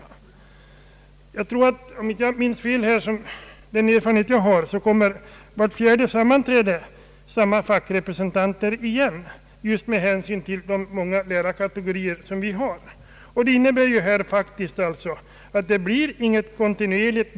Om jag inte minns fel kommer på vart tredje sammanträde i den skolstyrelse jag tillhör samma fackrepresentanter igen just med hänsyn till de många lärarkategorier vi har.